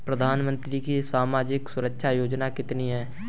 प्रधानमंत्री की सामाजिक सुरक्षा योजनाएँ कितनी हैं?